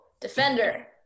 Defender